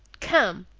come!